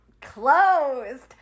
closed